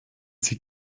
sie